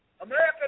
America